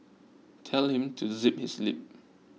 tell him to zip his lip